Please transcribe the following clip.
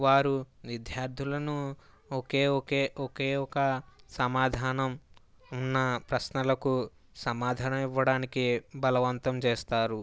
వారు విద్యార్థులను ఒకే ఒకే ఒకే ఒక సమాధానం ఉన్న ప్రశ్నలకు సమాధానం ఇవ్వడానికి బలవంతం చేస్తారు